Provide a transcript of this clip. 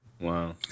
Wow